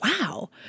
wow